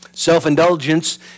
Self-indulgence